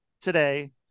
today